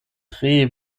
tre